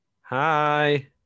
Hi